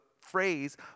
phrase